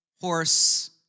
horse